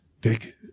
big